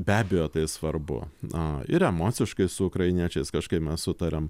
be abejo tai svarbu na ir emociškai su ukrainiečiais kažkaip mes sutariam